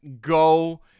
go